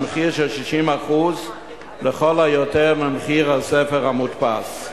במחיר של 60% לכל היותר ממחיר הספר המודפס.